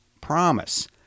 promise